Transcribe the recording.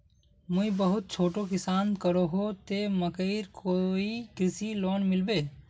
मुई बहुत छोटो किसान करोही ते मकईर कोई कृषि लोन मिलबे?